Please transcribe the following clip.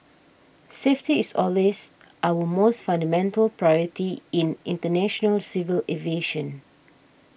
safety is always our most fundamental priority in international civil aviation